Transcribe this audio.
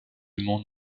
monde